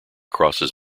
crosses